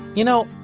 you know,